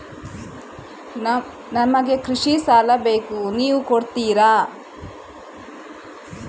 ನನಗೆ ಕೃಷಿ ಸಾಲ ಬೇಕು ನೀವು ಕೊಡ್ತೀರಾ?